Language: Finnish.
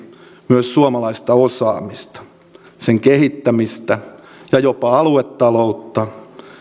myös suomalaista osaamista sen kehittämistä ja jopa aluetaloutta